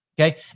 Okay